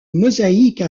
mosaïque